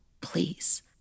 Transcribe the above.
please